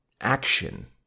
action